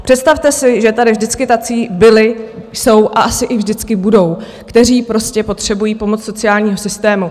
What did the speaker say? Představte si, že tady vždycky tací byli, jsou a asi i vždycky budou, kteří prostě potřebují pomoc sociálního systému.